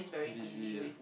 busy ya